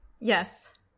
Yes